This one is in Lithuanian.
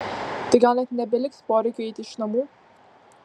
tai gal net nebeliks poreikio eiti iš namų